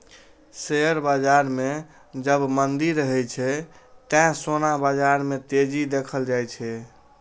share बाजार मे जब मंदी रहै छै, ते सोना बाजार मे तेजी देखल जाए छै